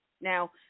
Now